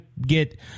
get